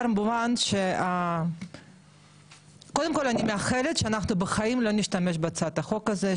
מובן ש קודם כל אני מאחלת שאנחנו בחיים לא נשתמש בהצעת החוק הזו,